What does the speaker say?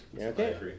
Okay